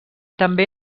també